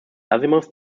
azimuth